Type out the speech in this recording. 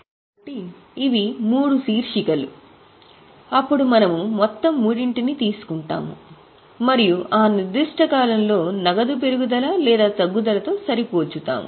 కాబట్టి ఇవి మూడు శీర్షికలు అప్పుడు మనము మొత్తం మూడింటిని తీసుకుంటాము మరియు ఆ నిర్దిష్ట కాలంలో నగదు పెరుగుదల లేదా తగ్గుదలతో సరిపోల్చుతాము